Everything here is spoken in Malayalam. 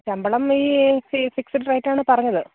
ശമ്പളം ഈ ഫിക്സെഡ് റേറ്റാണ് പറഞ്ഞത്